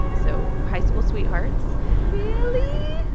so high school sweethearts really?